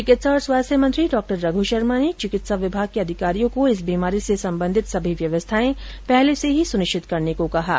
चिकित्सा और स्वास्थ्य मंत्री डॉ रघु शर्मा ने चिकित्सा विभाग के अधिकारियों को इस बीमारी से संबंधित सभी व्यवस्थाएं पहले से ही सुनिश्चित करने के निर्देश दिये है